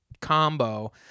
combo